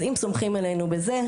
אז אם סומכים עלינו בזה,